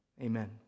amen